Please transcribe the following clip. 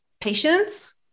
Patience